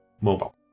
mobile